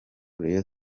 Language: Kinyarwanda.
rayon